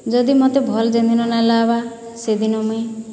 ଯଦି ମତେ ଭଲ ଯେନ୍ ଦିନ ନାଇଁ ଲାଗ୍ବାର୍ ସେ'ଦିନ ମୁଇଁ